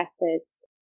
methods